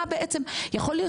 יכול להיות